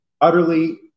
utterly